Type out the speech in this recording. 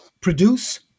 produce